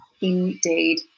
Indeed